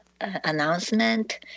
announcement